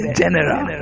general